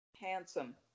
Handsome